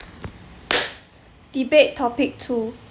debate topic two